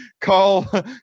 call